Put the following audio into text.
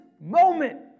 moment